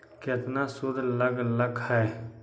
केतना सूद लग लक ह?